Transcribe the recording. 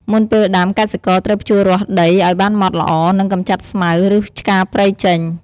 មុនពេលដាំ កសិករត្រូវភ្ជួររាស់ដីឱ្យបានម៉ត់ល្អ និងកម្ចាត់ស្មៅ ឬឆ្កាព្រៃចេញ។